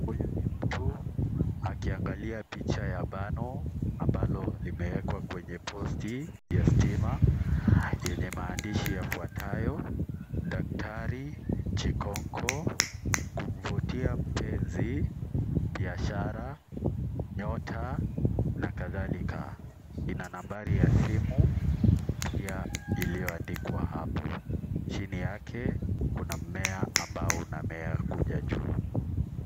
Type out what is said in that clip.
Huyu ni mtu, akiangalia picha ya bango, ambalo limewekwa kwenye posti ya stima, yenye maandishi yafuatayo, daktari Chikonko, kumvutia mpenzi, biashara ,nyota na kadhalika. Ina nambari ya simu, pia iliyoandikwa hapo. Chini yake, kuna mmea ambao unamea kuja juu.